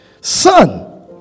Son